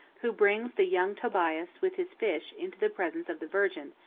who brings the young tobias with his fish into the presence of the virgin,